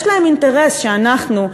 יש להם אינטרס שאנחנו,